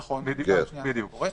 נכון, זו הפעם השנייה שזה קורה.